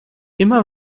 immer